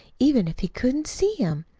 even if he couldn't see em.